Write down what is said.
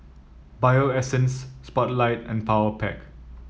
Bio Essence Spotlight and Powerpac